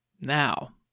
Now